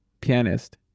pianist